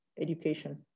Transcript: education